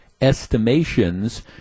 estimations